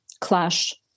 clash